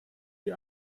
sie